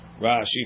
Rashi